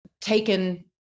taken